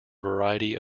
variety